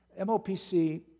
MOPC